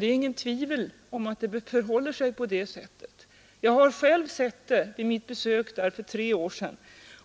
Det är inget tvivel om att det förhåller sig på det sättet. Jag har själv sett det vid mitt besök där för tre år sedan.